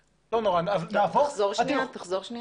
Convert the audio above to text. תחזור לשקף הקודם.